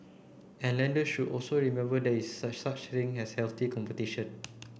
and lender should also remember there is such a thing as healthy competition